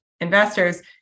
investors